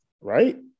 Right